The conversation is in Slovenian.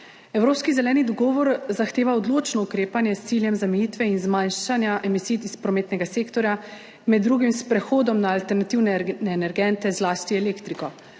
Evropski zeleni dogovor zahteva odločno ukrepanje s ciljem zamejitve in zmanjšanja emisij iz prometnega sektorja, med drugim s prehodom na alternativne energente, zlasti elektriko.